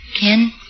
Ken